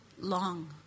long